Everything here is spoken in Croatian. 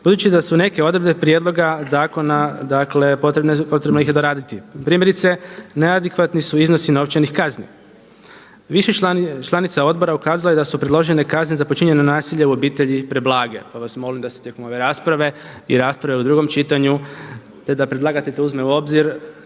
budući da su neke odredbe prijedloga zakona, dakle potrebno ih je doraditi. Primjerice neadekvatni su iznosi novčanih kazni. Više članica odbora ukazalo je da su predložene kazne za počinjena nasilja u obitelji preblage, pa vas molim da se tijekom ove rasprave i rasprave u drugom čitanju, te da predlagatelj to uzme u obzir,